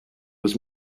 was